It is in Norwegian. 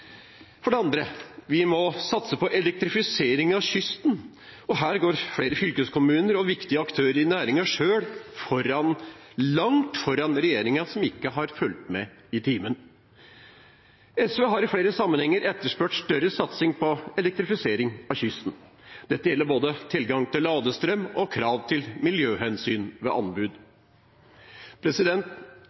For det andre: Vi må satse på elektrifisering av kysten, og her går flere fylkeskommuner og viktige aktører i næringen selv foran – langt foran regjeringen, som ikke har fulgt med i timen. SV har i flere sammenhenger etterspurt større satsing på elektrifisering av kysten. Dette gjelder både tilgang til ladestrøm og krav til miljøhensyn ved anbud.